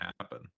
happen